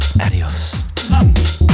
adios